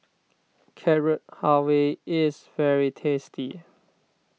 Carrot Halwa is very tasty